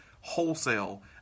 wholesale